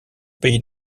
pays